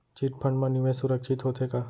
Chit fund मा निवेश सुरक्षित होथे का?